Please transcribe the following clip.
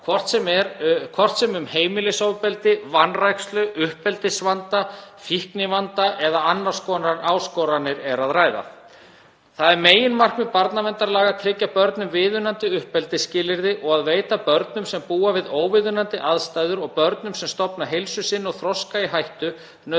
hvort sem um heimilisofbeldi, vanrækslu, uppeldisvanda, fíknivanda eða annars konar áskoranir er að ræða. Það er meginmarkmið barnaverndarlaga að tryggja börnum viðunandi uppeldisskilyrði og að veita börnum sem búa við óviðunandi aðstæður og börnum sem stofna heilsu sinni og þroska í hættu